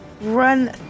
run